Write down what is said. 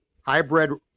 hybrid